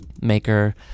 maker